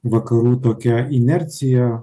vakarų tokią inerciją